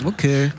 Okay